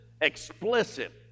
explicit